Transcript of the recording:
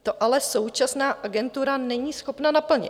To ale současná Agentura není schopna naplnit.